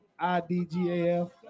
IDGAF